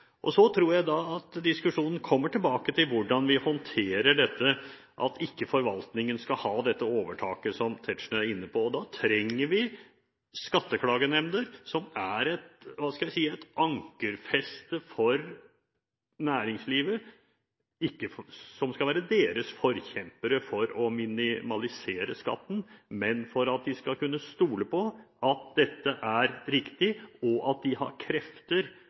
Jeg tror at diskusjonen kommer tilbake til hvordan vi håndterer dette, at forvaltningen ikke skal ha dette overtaket som representanten Tetzschner er inne på. Da trenger vi skatteklagenemnder, som er et ankerfeste for næringslivet – ikke for å være næringslivets forkjempere for å minimalisere skatten, men for at man skal kunne stole på at dette er riktig, og at man har krefter